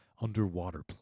underwater